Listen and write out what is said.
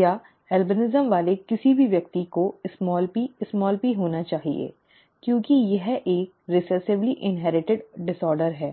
या एल्बिनिज़्म वाले किसी भी व्यक्ति को pp होना चाहिए क्योंकि यह एक रिसेसिवली इन्हेरिटिड विकार है